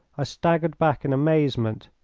i staggered back in amazement.